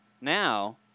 now